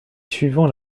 suivant